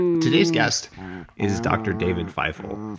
today's guest is dr david feifel.